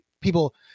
People